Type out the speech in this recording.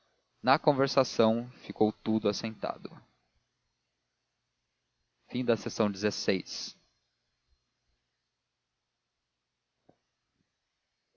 na conversação ficou tudo assentado liv